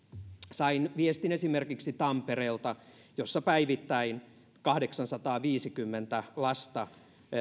sain viestin esimerkiksi tampereelta jossa päivittäin kahdeksansataaviisikymmentä lasta